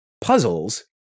puzzles